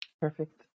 perfect